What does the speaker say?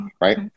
Right